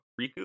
Riku